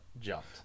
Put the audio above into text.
jumped